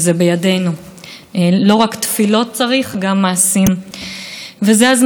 זה הזמן באמת לחשבון נפש של כולנו, לבקש סליחה,